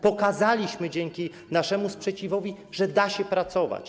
Pokazaliśmy dzięki naszemu sprzeciwowi, że da się pracować.